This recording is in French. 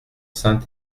saint